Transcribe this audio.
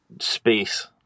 space